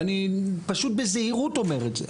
ואני פשוט בזהירות אומר את זה,